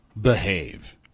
behave